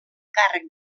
càrrec